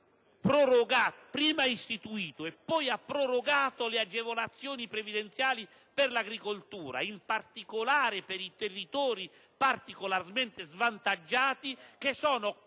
prima istituito e poi prorogato le agevolazioni previdenziali per l'agricoltura, in particolare per i territori particolarmente svantaggiati, che sono quasi